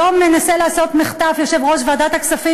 היום מנסה לעשות מחטף יושב-ראש ועדת הכספים,